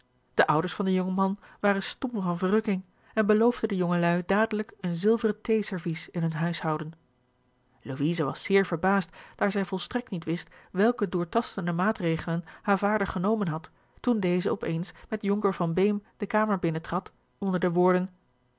de ouders van den jongman waren stom van verrukking en beloofden de jongelui dadelijk een zilveren thee servies in hun huishouden louise was zeer verbaasd daar zij volstrekt niet wist welke doortastende maatregelen haar vader genomen had toen deze op eens met jonker van beem de kamer binnen trad onder de woorden